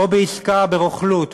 או בעסקה ברוכלות,